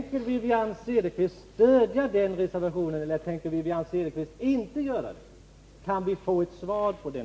Sandviken?